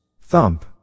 Thump